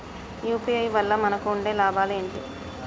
UPI వల్ల మనకు ఉండే లాభాలు ఏంటి?